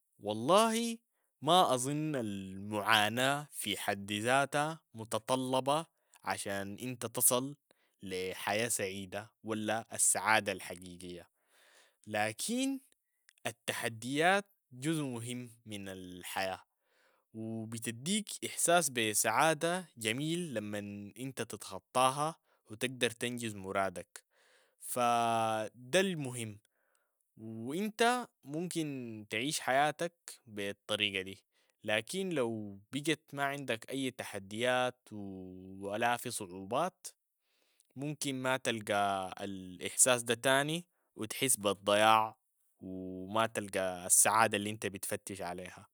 والله ما اظن المعاناة في حد ذاتها متطلبة عشان انت تصل لحياة سعيدة ولا السعادة الحقيقية، لكن التحديات جزء مهم من الحياة و بتديك احساس بسعادة جميل لما انت تتخطاها و تقدر تنجز مرادك، فده المهم و انت ممكن تعيش حياتك بالطريقة دي، لكن لو بقت ما عندك اي تحديات و لا في صعوبات ممكن ما تلقى الاحساس ده تاني و تحس بالضياع و ما تلقى السعادة اللي انت بتفتش عليها.